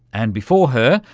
and before her,